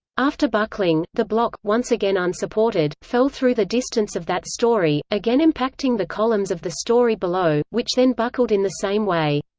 after buckling, the block, once again unsupported, fell through the distance of that story, again impacting the columns of the story below, which then buckled in the same way.